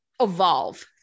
evolve